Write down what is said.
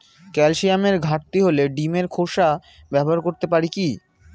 ক্যালসিয়ামের ঘাটতি হলে ডিমের খোসা ব্যবহার করতে পারি কি?